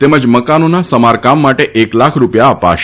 તેમજ મકાનોના સમારકામ માટે એક લાખ રૂપિયા અપાશે